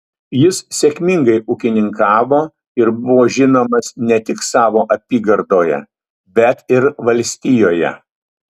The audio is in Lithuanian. jis sėkmingai ūkininkavo ir buvo žinomas ne tik savo apygardoje bet ir valstijoje